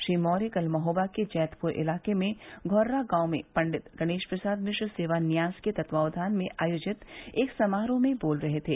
श्री मौर्य कल महोबा के जैतपुर इलाके में धौर्रा गांव में पंडित गणेश प्रसाद मिश्र सेवा न्यास के तत्वावधान में आयोजित एक समारोह में बोल रहे थे